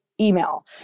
email